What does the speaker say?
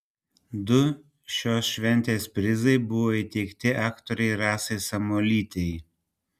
du šios šventės prizai buvo įteikti aktorei rasai samuolytei